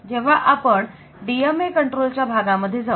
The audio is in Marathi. जेव्हा आपण DMA कंट्रोल च्या भागामध्ये जाऊ